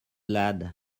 lad